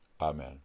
Amen